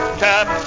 tap